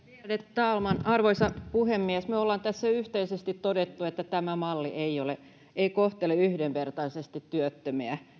talman arvoisa puhemies me olemme tässä yhteisesti todenneet että tämä malli ei kohtele yhdenvertaisesti työttömiä